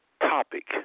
topic